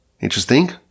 interesting